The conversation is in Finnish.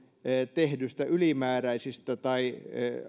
tehdyistä ylimääräisistä tai